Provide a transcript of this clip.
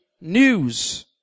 news